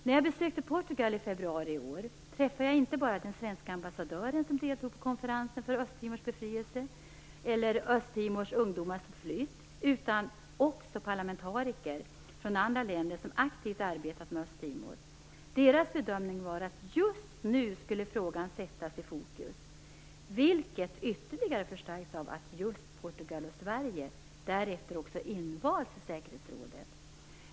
När jag besökte Portugal i februari i år träffade jag den svenske ambassadören, som deltog på konferensen för Östtimors befrielse, och parlamentariker från andra länder som aktivt har arbetat med Östtimor. Deras bedömning var att frågan just nu skulle sättas i fokus, vilket ytterligare förstärks av att just Portugal och Sverige därefter också invalts i säkerhetsrådet.